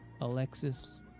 Alexis